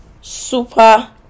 super